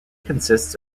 consists